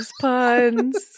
puns